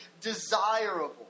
desirable